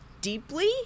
deeply –